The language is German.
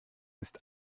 ist